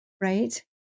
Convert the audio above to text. right